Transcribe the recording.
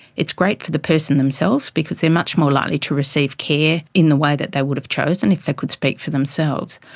it's great for the person themselves because they're much more likely to receive care in the way that they would have chosen if they could speak for themselves.